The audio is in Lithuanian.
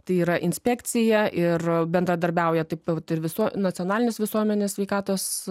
tai yra inspekcija ir bendradarbiauja taip pat ir viso nacionalinis visuomenės sveikatos